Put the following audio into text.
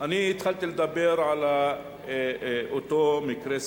אני התחלתי לדבר על אותו מקרה ספציפי,